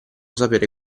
sapere